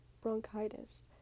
bronchitis